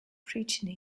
preaching